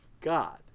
God